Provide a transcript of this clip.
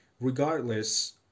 regardless